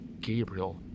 Gabriel